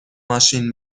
ماشین